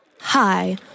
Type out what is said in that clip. Hi